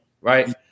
right